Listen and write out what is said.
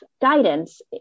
guidance